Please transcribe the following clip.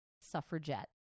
suffragette